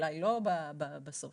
ואותו